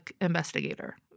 investigator